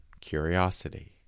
curiosity